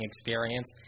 experience